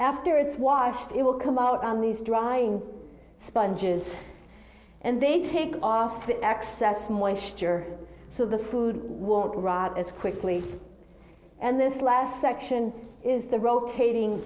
afterwards washed it will come out on these drying sponges and they take off the excess moisture so the food won't rot as quickly and this last section is the rotating